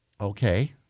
Okay